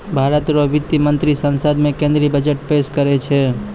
भारत रो वित्त मंत्री संसद मे केंद्रीय बजट पेस करै छै